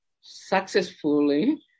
successfully